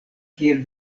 kiel